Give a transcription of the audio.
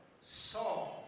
saw